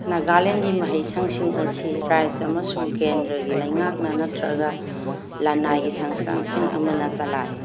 ꯅꯒꯥꯂꯦꯟꯒꯤ ꯃꯍꯩ ꯁꯪꯁꯤꯡ ꯑꯁꯤ ꯔꯥꯏꯖ꯭ꯌ ꯑꯃꯁꯨꯡ ꯀꯦꯟꯗ꯭ꯔꯒꯤ ꯂꯩꯉꯥꯛꯅ ꯅꯠꯇ꯭ꯔꯒ ꯂꯅꯥꯏꯒꯤ ꯁꯪꯁꯊꯥꯟꯁꯤꯡ ꯑꯃꯅ ꯆꯂꯥꯏ